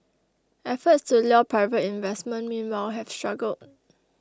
efforts to lure private investment meanwhile have struggled